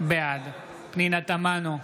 בעד פנינה תמנו,